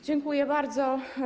Dziękuję bardzo.